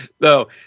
No